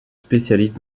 spécialise